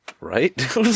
Right